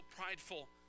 prideful